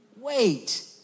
Wait